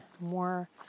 more